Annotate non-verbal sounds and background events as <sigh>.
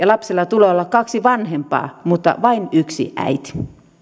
<unintelligible> lapsella tulee olla kaksi vanhempaa mutta vain yksi äiti